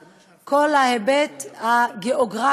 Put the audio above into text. שלא הבינה את זכות האישה ולא הבינה